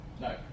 No